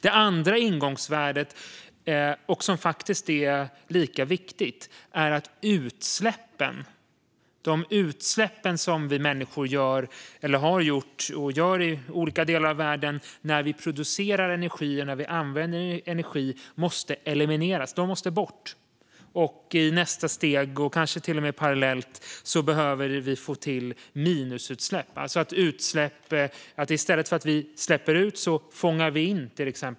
Det andra ingångsvärdet, som faktiskt är lika viktigt, är att de utsläpp som vi människor släpper ut i olika delar av världen när vi producerar och använder energi måste elimineras. De måste bort. I nästa steg, kanske till och med parallellt, behöver vi få till minusutsläpp, alltså att vi i stället för att släppa ut koldioxid fångar in den.